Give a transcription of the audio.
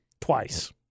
Twice